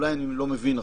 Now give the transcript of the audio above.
אולי אני לא מבין נכון.